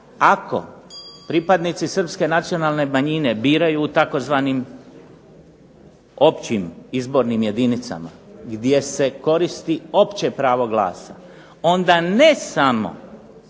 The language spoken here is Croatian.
Ako pripadnici Srpske nacionalne manjine biraju u tzv. općim izbornim jedinicama gdje se koristi opće pravo glasa, onda ne samo